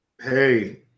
Hey